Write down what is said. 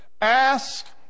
Ask